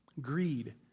greed